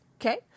okay